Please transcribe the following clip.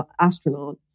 astronaut